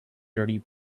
dirty